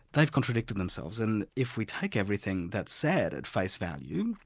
they've contradicted themselves, and if we take everything that's said at face value,